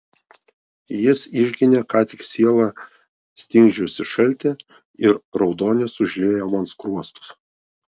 jis išginė ką tik sielą stingdžiusį šaltį ir raudonis užliejo man skruostus